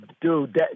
Dude